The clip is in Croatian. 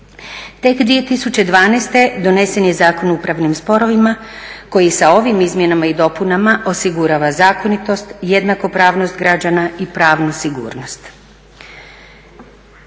Tek 2012. donesen je Zakon o upravnim sporovima koji sa ovim izmjenama i dopunama osigurava zakonitost, jednakopravnost građana i pravnu sigurnost.